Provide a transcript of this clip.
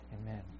Amen